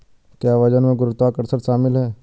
क्या वजन में गुरुत्वाकर्षण शामिल है?